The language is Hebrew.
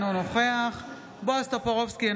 אינו נוכח בועז טופורובסקי,